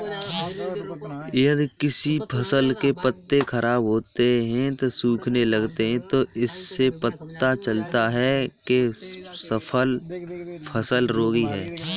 यदि किसी फसल के पत्ते खराब होते हैं, सूखने लगते हैं तो इससे पता चलता है कि फसल रोगी है